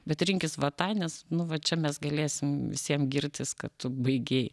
bet rinkis va tą nes nu va čia mes galėsim visiem girtis kad tu baigei